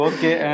Okay